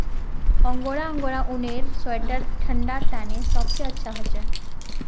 angora angora ऊनेर sweater ठंडा तने सबसे अच्छा हछे